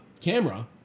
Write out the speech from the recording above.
camera